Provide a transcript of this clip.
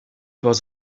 was